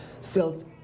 SILT